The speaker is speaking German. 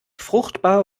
fruchtbar